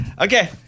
Okay